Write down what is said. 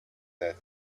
that